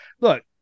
look